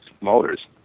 motors